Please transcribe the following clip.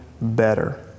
better